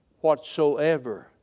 whatsoever